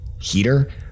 heater